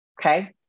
Okay